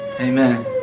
Amen